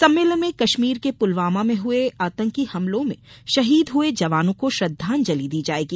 सम्मेलन में कश्मीर के पुलवामा में हए आतंकी हमलों में शहीद हए जवानों को श्रद्वांजलि दी जायेगी